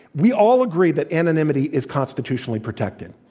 we all agree that anonymity is constitutionally protected.